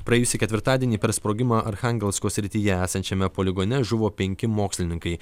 praėjusį ketvirtadienį per sprogimą archangelsko srityje esančiame poligone žuvo penki mokslininkai